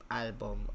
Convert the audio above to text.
album